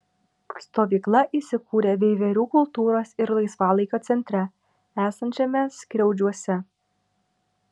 stovykla įsikūrė veiverių kultūros ir laisvalaikio centre esančiame skriaudžiuose